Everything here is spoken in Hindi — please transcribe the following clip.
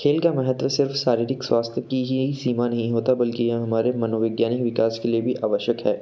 खेल का महत्व सिर्फ़ शारीरिक स्वास्थ्य की ही सीमा नहीं होता बल्कि यह हमारे मनोवैज्ञानिक विकास के लिए भी आवश्यक है